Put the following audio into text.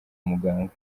muganga